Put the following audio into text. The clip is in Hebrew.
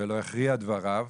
ולא יכריע דבריו,